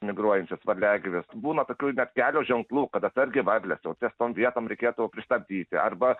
migruojančius varliagyvius būna tokių net kelio ženklų kad atsargiai varlės jau ties tom vietom reikėtų pristabdyti arba